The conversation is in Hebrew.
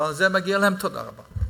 ועל זה מגיעה להם תודה רבה,